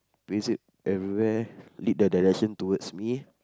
paste it everywhere lead the direction towards me